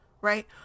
right